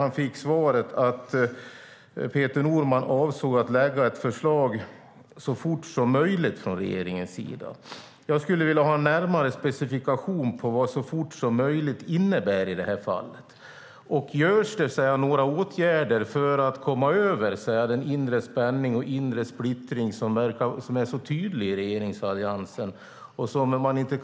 Han fick svaret att Peter Norman avsåg att lägga fram ett förslag från regeringens sida så fort som möjligt. Jag skulle vilja ha en närmare specifikation på vad så fort som möjligt innebär i det här fallet. Och vidtas det några åtgärder för att komma över den inre spänning och inre splittring som är så tydlig i regeringsalliansen?